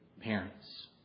parents